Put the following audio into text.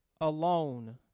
alone